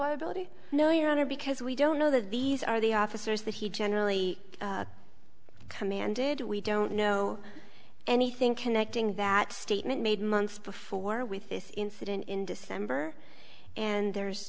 one ability no your honor because we don't know that these are the officers that he generally commanded we don't know anything connecting that statement made months before with this incident in december and there's